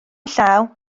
llaw